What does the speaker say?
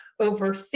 over